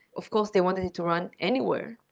of course, they wanted to run anywhere,